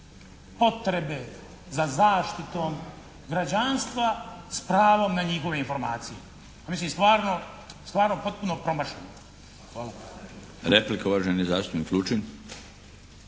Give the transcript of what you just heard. potrebe za zaštitom građanstva s pravom na njihove informacije. Pa mislim stvarno potpuno promašeno. Hvala. **Milinović, Darko (HDZ)**